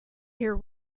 here